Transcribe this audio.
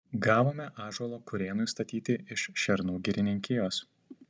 gavome ąžuolo kurėnui statyti iš šernų girininkijos